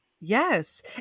Yes